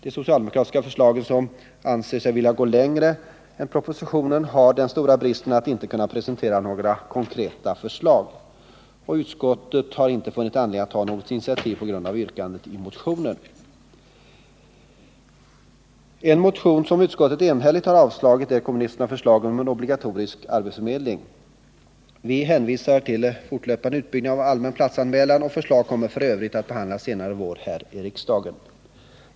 De socialdemokratiska förslagen, i vilka man anser sig vilja gå längre än vad som föreslagits i propositionen, har den stora bristen att de inte presenterar några konkreta åtgärder. Utskottet har därför inte funnit anledning att ta något initiativ på grund av yrkandet i motionen. En motion som utskottet enhälligt har avstyrkt är kommunisternas förslag om en obligatorisk arbetsförmedling. Vi hänvisar till den fortlöpande utbyggnaden av systemet med allmän platsanmälan, och förslag kommer f. ö. att behandlas senare i vår här i riksdagen.